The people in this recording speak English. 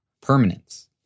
permanence